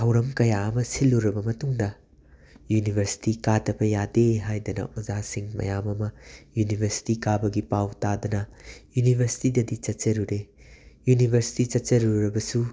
ꯊꯧꯔꯝ ꯀꯌꯥ ꯑꯃ ꯁꯤꯜꯂꯨꯔꯕ ꯃꯇꯨꯡꯗ ꯌꯨꯅꯤꯚꯔꯁꯤꯇꯤ ꯀꯥꯗꯕ ꯌꯥꯗꯦ ꯍꯥꯏꯗꯅ ꯑꯣꯖꯥꯁꯤꯡ ꯃꯌꯥꯝ ꯑꯃ ꯌꯨꯅꯤꯚꯔꯁꯤꯇꯤ ꯀꯥꯕꯒꯤ ꯄꯥꯎ ꯇꯥꯗꯅ ꯌꯨꯅꯤꯚꯔꯁꯤꯇꯤꯗꯗꯤ ꯆꯠꯆꯔꯨꯔꯦ ꯌꯨꯅꯤꯚꯔꯁꯤꯇꯤ ꯆꯠꯆꯔꯨꯔꯒꯁꯨ